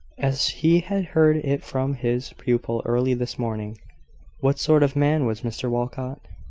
as he had heard it from his pupil early this morning what sort of man was mr walcot?